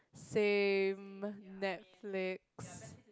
same Netflix